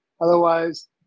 otherwise